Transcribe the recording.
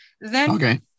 Then-